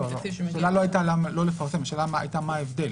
השאלה לא היתה למה לא לפרסם אלא מה ההבדל